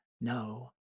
no